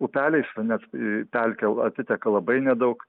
upeliais net į pelkę atiteka labai nedaug